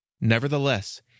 Nevertheless